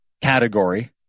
category